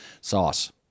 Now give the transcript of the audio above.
Sauce